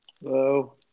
Hello